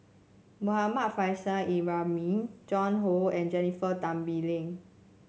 Muhammad Faishal Ibrahim Joan Hon and Jennifer Tan Bee Leng